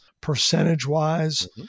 percentage-wise